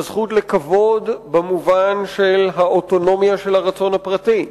בזכות לכבוד במובן של האוטונומיה של הרצון הפרטי,